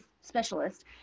specialist